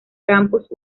campus